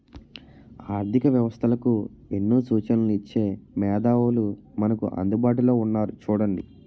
ఆర్థిక వ్యవస్థలకు ఎన్నో సూచనలు ఇచ్చే మేధావులు మనకు అందుబాటులో ఉన్నారు చూడండి